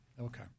Okay